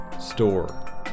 store